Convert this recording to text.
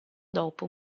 dopo